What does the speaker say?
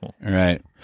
Right